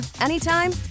anytime